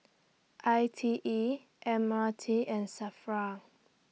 I T E M R T and SAFRA